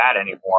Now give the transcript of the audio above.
anymore